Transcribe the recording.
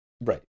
right